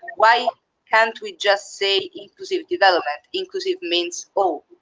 why can't we just say inclusive development. inclusive means all?